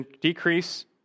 decrease